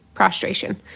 prostration